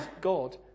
God